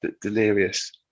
delirious